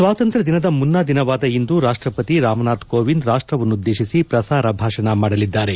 ಸ್ಲಾತಂತ್ರ್ತ ದಿನದ ಮುನ್ಲಾ ದಿನವಾದ ಇಂದು ರಾಷ್ಟ್ರಪತಿ ರಾಮನಾಥ್ ಕೋವಿಂದ್ ರಾಷ್ಟ್ರವನ್ನುದ್ದೇಶಿಸಿ ಪ್ರಸಾರ ಭಾಷಣ ಮಾಡಲಿದ್ದಾರೆ